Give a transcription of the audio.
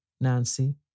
Nancy